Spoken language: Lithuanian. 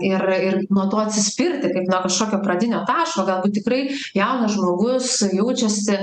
ir ir nuo to atsispirti kaip nuo kažkokio pradinio taško galbūt tikrai jaunas žmogus jaučiasi